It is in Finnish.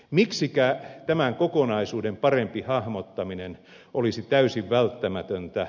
miksikä tämän kokonaisuuden parempi hahmottaminen olisi täysin välttämätöntä